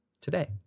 today